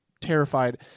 terrified